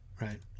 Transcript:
right